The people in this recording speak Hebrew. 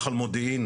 מחל מודיעין